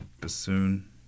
bassoon